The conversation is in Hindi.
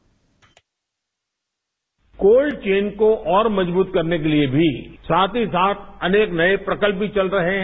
बाइट कोल्ड चैन को और मजबूत करने के लिए भी साथ ही साथ अनेक नये प्रकल्प भी चल रहे हैं